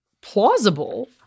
plausible